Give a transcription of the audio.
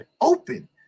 open